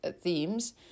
themes